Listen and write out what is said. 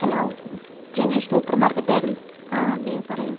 hello Jenesh super market ആയിരുന്നു അ അതേ പറയൂ